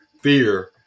fear